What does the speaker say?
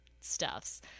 stuffs